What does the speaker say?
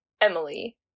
Emily